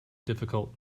difficult